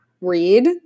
read